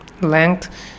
length